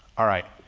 all right.